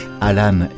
Alan